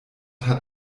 hat